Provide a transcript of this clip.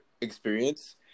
experience